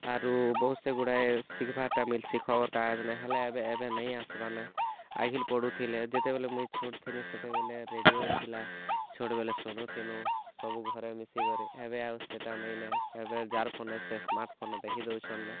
ଆରୁ ବହୁତ୍ ସେ ଗୁଡ଼ାଏ ଶିଖ୍ବାର୍ଟା ମିଲ୍ସି ଖବର୍କାଗଜ୍ନେ ହେଲେ ଏବେ ଏବେ ନେଇଁ ଆସ୍ବାନେ ଆଘିଲ୍ ପଢ଼ୁଥିଲେ ଯେତେବେଲେ ମୁଇଁ ଛୋଟ୍ ଥିନି ସେତେବେଲେ ରେଡ଼ିଓ ଥିଲା ଛୋଟ୍ ବେଲେ ଶୁଣୁଥିନୁ ସବୁ ଘରେ ମିଶିକରି ଏବେ ଆଉ ସେଟା ନେଇଁନେ ଏବେ ଜାର୍ ଫୋନେ ସେ ସ୍ମାର୍ଟ୍ ଫୋନେ ଦେଖି ଦଉଛନ୍ନେ